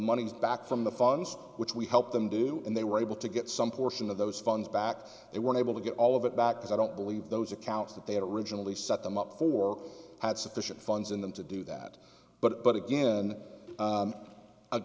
monies back from the funds which we helped them do and they were able to get some portion of those funds back they were able to get all of it back because i don't believe those accounts that they originally set them up for had sufficient funds in them to do that but but again u